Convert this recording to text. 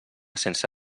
sense